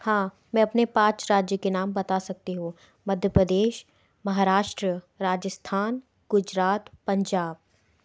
हाँ मैं अपने पाँच राज्य के नाम बता सकती हूँ मध्य प्रदेश महाराष्ट्र राजस्थान गुजरात पंजाब